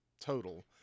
total